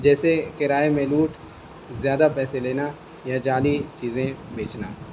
جیسے کرائے میں لوٹ زیادہ پیسے لینا یا جعلی چیزیں بیچنا